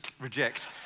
reject